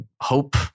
hope